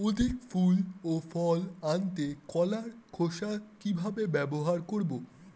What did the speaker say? অধিক ফুল ও ফল আনতে কলার খোসা কিভাবে ব্যবহার করব?